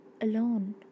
alone